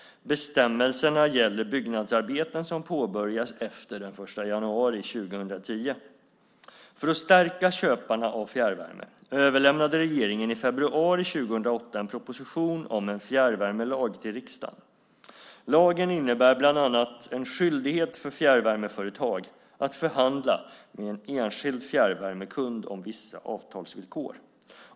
Bestämmelserna gäller byggnadsarbeten som påbörjas efter den 1 januari 2010. För att stärka köparna av fjärrvärme överlämnade regeringen i februari 2008 en proposition om en fjärrvärmelag till riksdagen. Lagen innebär bland annat en skyldighet för fjärrvärmeföretag att förhandla med en enskild fjärrvärmekund om vissa avtalsvillkor.